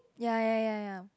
ya ya ya ya